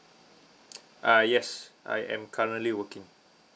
ah yes I am currently working